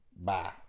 bye